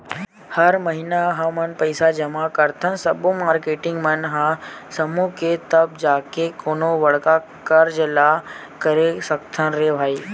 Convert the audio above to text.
हर महिना हमन पइसा जमा करथन सब्बो मारकेटिंग मन ह समूह के तब जाके कोनो बड़का कारज ल करे सकथन रे भई